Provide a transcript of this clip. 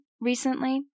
recently